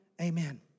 Amen